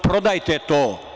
Prodajte to.